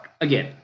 Again